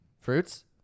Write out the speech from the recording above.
fruits